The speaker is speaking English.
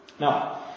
Now